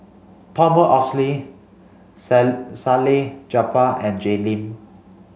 Thomas Oxley Salleh Japar and Jay Lim